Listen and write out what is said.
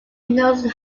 knows